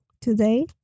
today